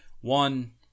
One